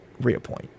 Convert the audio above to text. reappoint